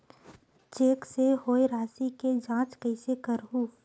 Cheque से होए राशि के जांच कइसे करहु?